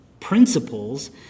principles